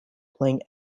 playing